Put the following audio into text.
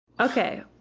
Okay